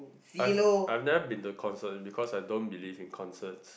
I've never been to concerts cause I don't believe in concerts